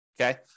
okay